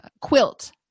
quilt